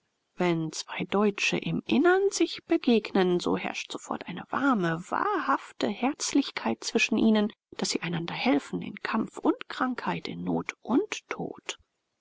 wenn zwei deutsche im innern sich begegnen so herrscht sofort eine warme wahrhafte herzlichkeit zwischen ihnen daß sie einander helfen in kampf und krankheit in not und tod